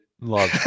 love